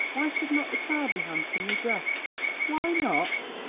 why should not the child be handsomely dressed? why not!